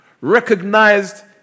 recognized